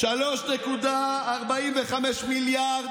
3.45 מיליארד,